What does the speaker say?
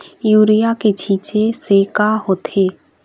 Urea के छींचे से का होथे?